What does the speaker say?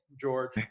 George